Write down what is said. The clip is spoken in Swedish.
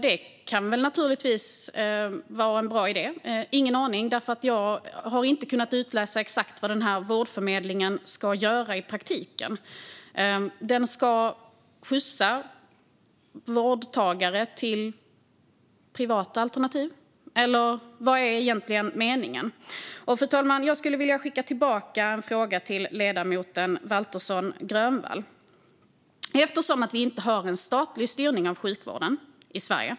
Det kan väl vara en bra idé. Jag har ingen aning, eftersom jag inte har kunnat utläsa exakt vad den vårdförmedlingen ska göra i praktiken. Den ska kanske skjutsa vårdtagare till privata alternativ, eller vad är egentligen meningen? Fru talman! Jag skulle vilja skicka tillbaka en fråga till ledamoten Waltersson Grönvall. Vi har ju inte en statlig styrning av sjukvården i Sverige.